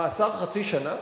מאסר חצי שנה?